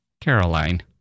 Caroline